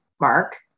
mark